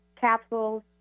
capsules